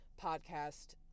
podcast